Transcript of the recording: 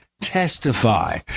testify